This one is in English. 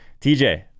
TJ